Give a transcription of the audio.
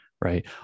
Right